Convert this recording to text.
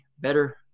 better